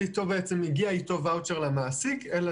ככל